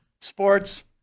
sports